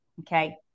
Okay